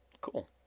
Cool